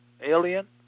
alien